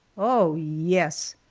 oh, yes!